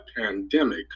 pandemic